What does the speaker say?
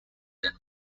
then